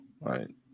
right